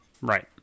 right